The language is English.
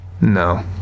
No